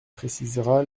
précisera